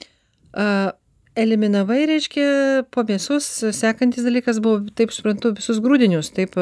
a eliminavai reiškia po mėsos sekantis dalykas buvo taip suprantu visus grūdinius taip